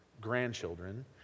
grandchildren